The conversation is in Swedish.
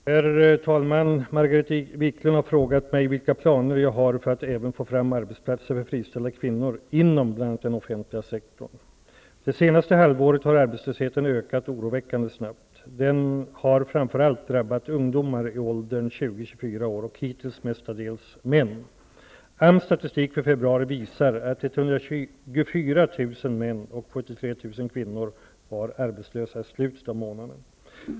Herr talman! Margareta Viklund har frågat mig vilka planer jag har för att även få fram arbetsplatser för friställda kvinnor inom bl.a. den offentliga sektorn. Det senaste halvåret har arbetslösheten ökat oroväckande snabbt. Den har framför allt drabbat ungdomar i åldern 20--24 år och hittills mestadels män. AMS statistik för februari visar att 124 000 män och 73 000 kvinnor var arbetslösa i slutet av månaden.